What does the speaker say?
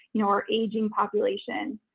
you know our aging population,